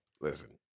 listen